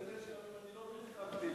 אתה יכול לצטט גם אם לא פרסמתי ב"חכימא".